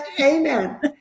amen